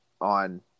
on –